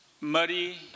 muddy